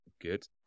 Good